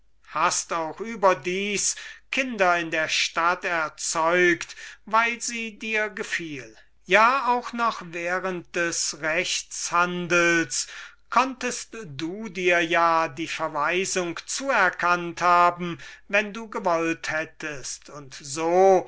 hast auch überdies kinder in der stadt erzeugt weil sie dir gefiel ja auch noch während des rechtshandels konntest du dir ja die verweisung zuerkannt haben wenn du gewollt hättest und so